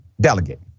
delegate